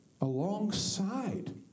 alongside